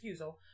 excusal